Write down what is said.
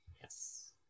Yes